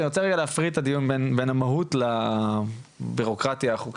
אני רוצה רגע להפריד את הדיון בין המהות לבירוקרטיה החוקתית,